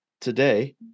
today